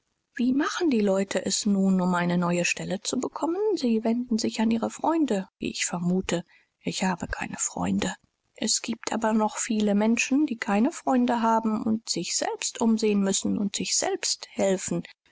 wie machen die leute es nun um eine neue stelle zu bekommen sie wenden sich an ihre freunde wie ich vermute ich habe keine freunde es giebt aber noch viele menschen die keine freunde haben und sich selbst umsehen müssen und sich selbst helfen